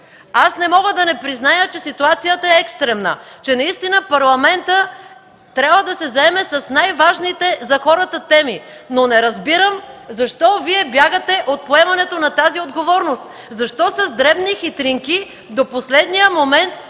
Аз не мога да не призная, че ситуацията е екстрена, че Парламентът трябва да се заеме с най-важните теми за хората. Но не разбирам защо Вие бягате от поемането на тази отговорност? Защо с дребни хитринки до последния момент